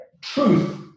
truth